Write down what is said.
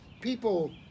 people